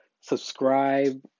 subscribe